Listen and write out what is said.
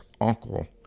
uncle